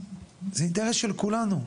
זה אינטרס של כולנו.